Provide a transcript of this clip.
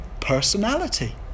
personality